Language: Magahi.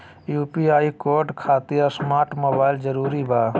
यू.पी.आई कोड खातिर स्मार्ट मोबाइल जरूरी बा?